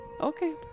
Okay